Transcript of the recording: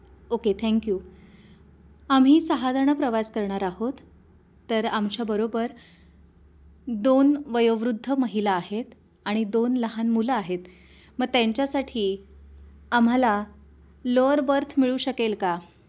okay thank you आम्ही सहा जण प्रवास करणार आहोत तर आमच्याबरोबर दोन वयोवृद्ध महिला आहेत आणि दोन लहान मुलं आहेत मग त्यांच्यासाठी आम्हाला लोअर बर्थ मिळू शकेल का